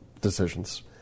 decisions